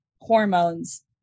hormones